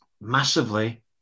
massively